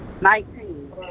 nineteen